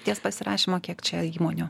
ties pasirašymo kiek čia įmonių